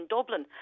Dublin